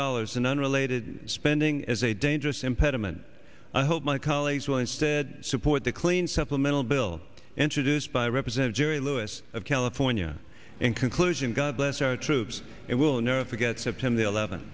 dollars in unrelated spending is a dangerous impediment i hope my colleagues will instead support the clean supplemental bill introduced by represent jerry lewis of california in conclusion god bless our troops and will never forget september the eleven